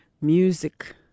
music